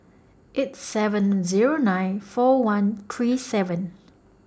eight seven Zero nine four one three seven